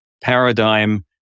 paradigm